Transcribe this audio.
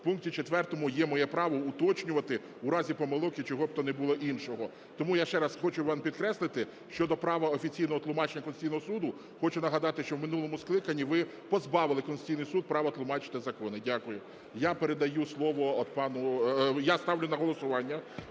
четвертому є моє право уточнювати у разі помилок і чого б то не було іншого. Тому я ще раз хочу вам хочу підкреслити щодо права офіційного тлумачення Конституційного Суду. Хочу нагадати, що в минулому скликанні ви позбавили Конституційний Суд права тлумачити закони. Дякую. Я передаю слово пану… Я ставлю на голосування,